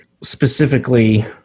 Specifically